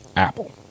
Apple